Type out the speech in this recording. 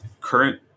current